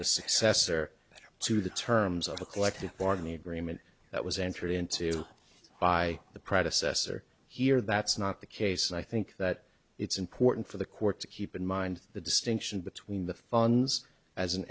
the successor to the terms of a collective bargaining agreement that was entered into by the predecessor here that's not the case and i think that it's important for the court to keep in mind the distinction between the funds as an